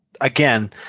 again